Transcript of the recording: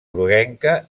groguenca